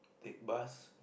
take bus